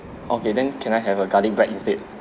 okay then can I have a garlic bread instead